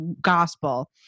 gospel